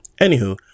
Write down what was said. Anywho